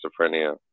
schizophrenia